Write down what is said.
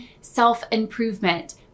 self-improvement